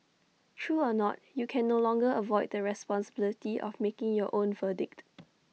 true or not you can no longer avoid the responsibility of making your own verdict